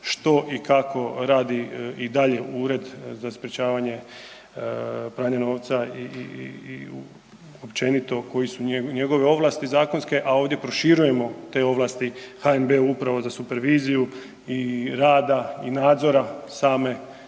što i kako radi i dalje Ured za sprječavanje pranja novca i općenito koji su njegove ovlasti zakonske, a ovdje proširujemo te ovlasti HNB-a upravo za superviziju i rada i nadzora same,